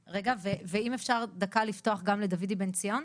ואם אפשר דקה לפתוח גם לדוידי בן ציון,